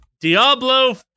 Diablo